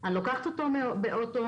אני לוקחת אותו באוטו,